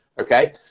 Okay